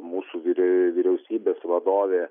mūsų vyriau vyriausybės vadovė